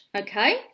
okay